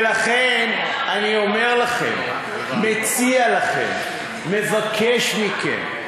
ולכן אני אומר לכם, מציע לכם, מבקש מכם: